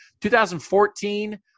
2014